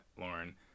lauren